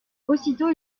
aussitôt